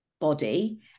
body